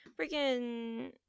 freaking